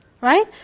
right